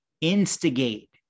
instigate